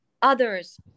others